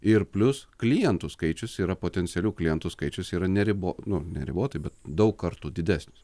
ir plius klientų skaičius yra potencialių klientų skaičius yra neribo nu neribotai bet daug kartų didesnis